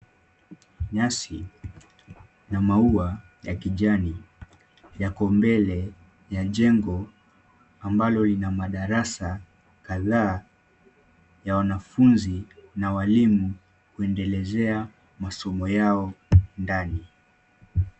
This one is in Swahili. Nyasi na maua yakijani. Yako mbele ya jengo ambalo lina madarasa kadhaa ya wanafunzi na walimu kuendelezea masomo yao ndani.